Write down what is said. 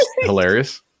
hilarious